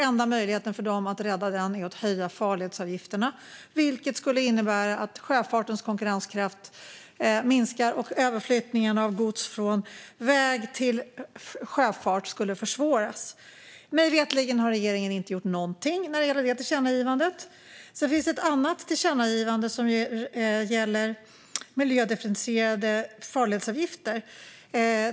Enda möjligheten för dem att rädda den är att höja farledsavgifterna, vilket skulle innebära att sjöfartens konkurrenskraft minskar och överflyttningen av gods från väg till sjöfart försvåras. Mig veterligen har regeringen inte gjort någonting när det gäller det tillkännagivandet. Sedan finns det ett annat tillkännagivande som gäller miljödifferentierade farledsavgifter.